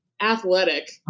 Athletic